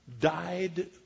died